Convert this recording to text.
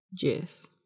Yes